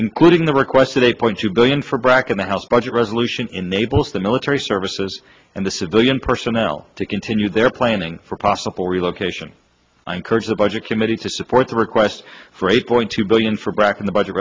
including the request of a point two billion for brac in the house budget resolution in the both the military services and the civilian personnel to continue their planning for possible relocation i encourage the budget committee to support the request for eight point two billion for brac in the budget